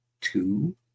two